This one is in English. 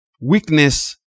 Weakness